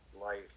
life